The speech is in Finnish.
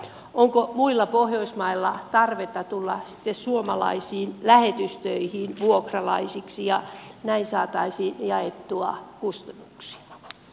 onko muilla pohjoismailla tarvetta tulla sitten suomalaisiin lähetystöihin vuokralaisiksi ja näin saataisiin jaettua kustannuksia